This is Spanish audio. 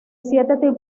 siete